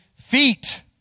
feet